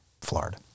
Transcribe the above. Florida